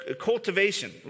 cultivation